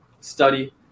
study